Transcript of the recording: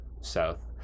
south